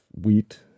wheat